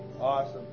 Awesome